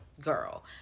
girl